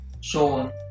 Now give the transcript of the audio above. shown